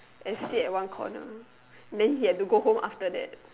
and sit at one corner then he had to go home after that